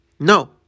No